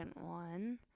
one